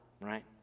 right